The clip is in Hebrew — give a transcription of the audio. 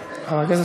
נגד?